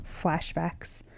flashbacks